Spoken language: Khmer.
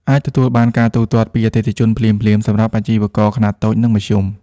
អាចទទួលការទូទាត់ពីអតិថិជន ភ្លាមៗ សម្រាប់អាជីវករខ្នាតតូច និងមធ្យម។